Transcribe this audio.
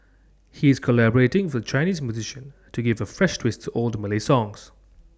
he is collaborating with A Chinese musician to give A fresh twist to old Malay songs